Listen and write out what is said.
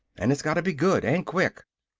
and it's got to be good an' quick!